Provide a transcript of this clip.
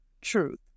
truth